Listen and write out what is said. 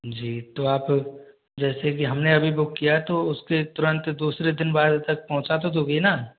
जी तो आप जैसे कि हमने अभी बुक किया है तो उसके तुरंत दूसरे दिन बाद तक पहुँचा तो दोगे ना